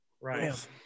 Right